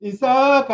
Isa